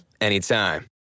anytime